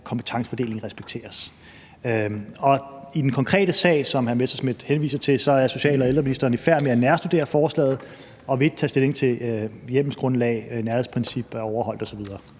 kompetencefordelingen respekteres. I den konkrete sag, som hr. Morten Messerschmidt henviser til, er social- og ældreministeren i færd med at nærstudere forslaget og vil ikke tage stilling til, om hjemmelsgrundlag og nærhedsprincip er overholdt osv.